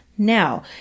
Now